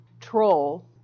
Troll